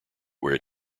where